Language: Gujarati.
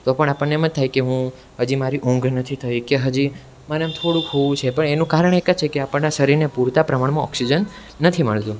તો પણ આપણને એમ જ થાય કે હું હજી મારી ઊંઘ નથી થઈ કે હજી મને આમ થોડુંક સૂવું છે પણ એનું કારણ એક જ છે કે આપણા શરીરને પૂરતા પ્રમાણમાં ઑક્સીજન નથી મળતું